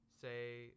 Say